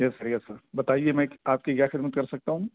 یس sir yes sir بتائیے میں آپ کی کیا خدمت کر سکتا ہوں